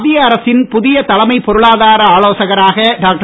மத்திய அரசின் புதிய தலைமை பொருளாதார ஆலோசகராக டாக்டர்